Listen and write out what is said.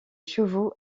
chevaux